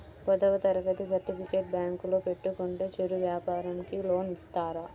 పదవ తరగతి సర్టిఫికేట్ బ్యాంకులో పెట్టుకుంటే చిరు వ్యాపారంకి లోన్ ఇస్తారా?